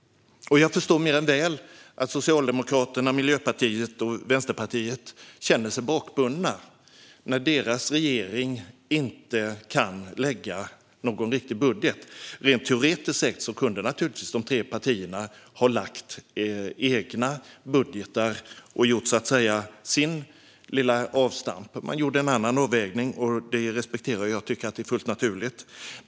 Jag förstår mer än väl att Socialdemokraterna, Miljöpartiet och Vänsterpartiet känner sig bakbundna när deras regering inte kan lägga fram någon riktig budget. Teoretiskt sett kunde de tre partierna naturligtvis ha lagt fram egna budgetar och så att säga gjort sitt lilla avstamp. Man gjorde dock en annan avvägning, och det respekterar jag och tycker jag är fullt naturligt.